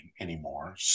anymore